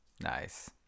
Nice